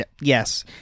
yes